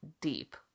deep